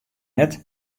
net